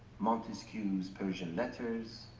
montesquieu's persian letters,